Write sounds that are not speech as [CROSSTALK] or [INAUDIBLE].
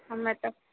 [UNINTELLIGIBLE]